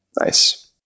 Nice